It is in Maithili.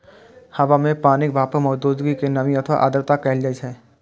हवा मे पानिक भापक मौजूदगी कें नमी अथवा आर्द्रता कहल जाइ छै